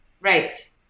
right